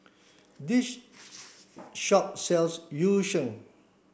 this shop sells Yu Sheng